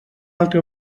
altra